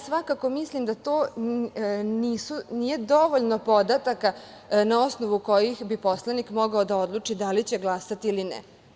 Svakako mislim da to nije dovoljno podataka na osnovu kojih bi poslanik mogao da odluči da li će glasati ili ne.